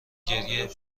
گریه